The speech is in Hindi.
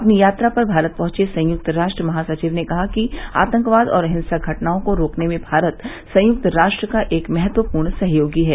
अपनी यात्रा पर भारत पहुंचे संयुक्त राष्ट्र महासचिव ने कहा कि आतंकवाद और हिंसक घटनाओं को रोकने में भारत संयुक्त राष्ट्र का एक महत्वपूर्ण सहयोगी है